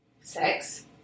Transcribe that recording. Sex